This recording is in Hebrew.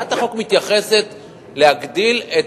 הצעת החוק מתייחסת לכך שיש להגדיל את